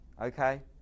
okay